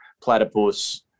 platypus